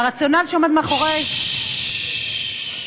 והרציונל שעומד מאחורי, ששש.